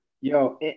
Yo